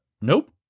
nope